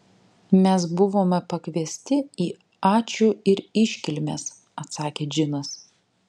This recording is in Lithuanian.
mes buvome pakviesti į ačiū ir iškilmes atsakė džinas